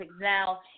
Now